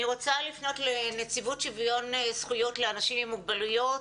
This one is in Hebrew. אני רוצה לפנות לנציבות שוויון זכויות לאנשים עם מוגבלויות.